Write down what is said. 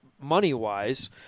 money-wise